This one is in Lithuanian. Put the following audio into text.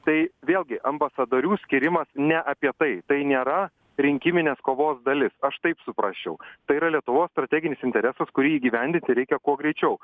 tai vėlgi ambasadorių skyrimas ne apie tai tai nėra rinkiminės kovos dalis aš taip suprasčiau tai yra lietuvos strateginis interesas kurį įgyvendinti reikia kuo greičiau